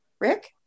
Rick